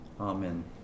Amen